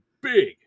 big